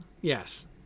Yes